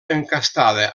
encastada